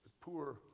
poor